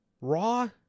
Raw